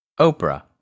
Oprah